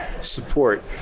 support